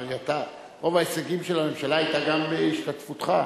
הרי רוב ההישגים של הממשלה היו גם בהשתתפותך.